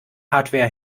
hardware